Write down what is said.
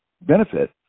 benefit